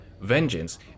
vengeance